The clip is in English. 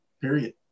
period